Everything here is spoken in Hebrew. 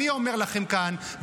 אני אומר לכם כאן,